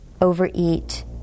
overeat